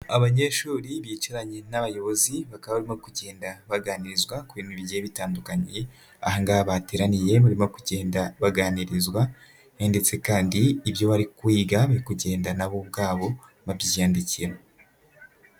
Abanyeshuri bicaranye n'abayobozi, baka barimo kugenda baganirizwa ku bintu bigiye bitandukanye, ahangaha bateraniye barimo kugenda baganirizwa ndetse kandi ibyo bari kwiga bari kugenda nabo ubwabo babyiyandikira.